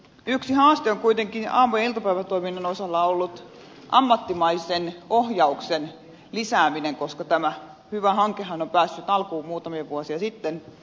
yksi haaste on kuitenkin aamu ja iltapäivätoiminnan osalla ollut ammattimaisen ohjauksen lisääminen koska tämä hyvä hankehan on päässyt alkuun muutamia vuosia sitten